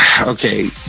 okay